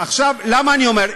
למה אני אומר?